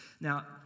Now